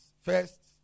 First